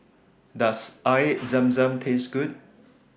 Does Air Zam Zam Taste Good